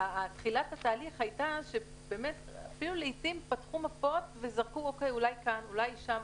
בתחילת התהליך אפילו לעתים פתחו מפות ואמרו אולי כאן ואולי שם.